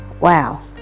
Wow